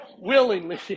Willingly